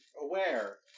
aware